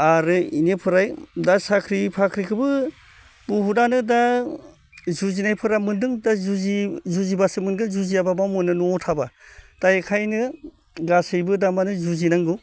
आरो बेनिफ्राय दा साख्रि बाख्रिखौबो बहुदानो दा जुजिनायफोरा मोनदों दा जुजिबासो मोनगोन जुजियाबा बबेयाव मोननो न'आव थाबा दा बेखायनो गासैबो थारमाने जुजिनांगौ